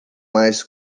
mais